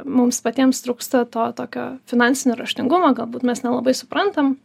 mums patiems trūksta to tokio finansinio raštingumo galbūt mes nelabai suprantam